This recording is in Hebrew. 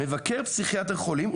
מבקר פסיכיאטר חולים,